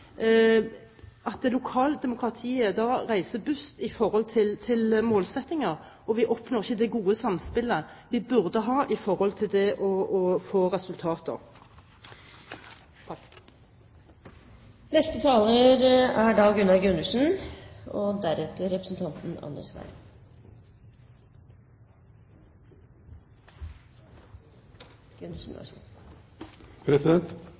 at det lokale demokratiet reiser bust med tanke på målsettinger, og vi oppnår ikke det gode samspillet som vi burde ha for å få resultater. Til Rudihagen: Det